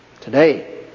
Today